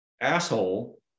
asshole